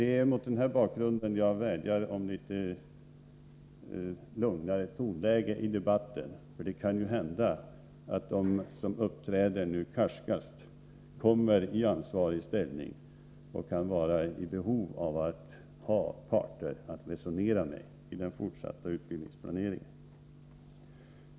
Det är mot denna bakgrund som jag vädjar om litet lugnare tongångar i debatten — det kan hända att de som nu uppträder karskast kommer i ansvarig ställning och då kommer att vara i behov av att ha parter att resonera med i den fortsatta utbildningsplaneringen.